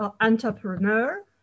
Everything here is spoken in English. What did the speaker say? entrepreneur